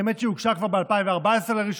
האמת היא שהיא הוגשה כבר ב-2014 לראשונה,